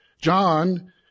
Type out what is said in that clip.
John